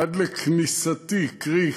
עד לכניסתי קרי,